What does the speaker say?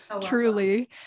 Truly